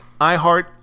iHeart